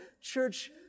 church